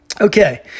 Okay